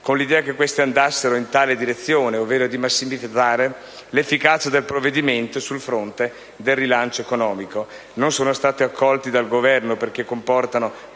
con l'idea che vadano nella direzione descritta, quella cioè di massimizzare l'efficacia del provvedimento sul fronte del rilancio economico. Non sono stati accolti dal Governo perché comportano